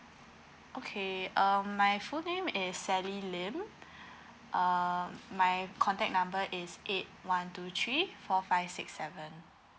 okay um my full name is sally lim uh my contact number is eight one two three four five six seven